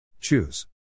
Choose